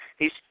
hes